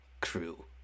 crew